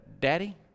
Daddy